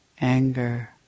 anger